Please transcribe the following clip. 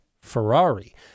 Ferrari